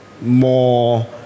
more